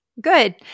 Good